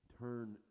turn